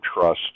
trust